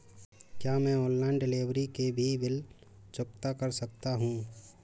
क्या मैं online delivery के भी बिल चुकता कर सकता हूँ?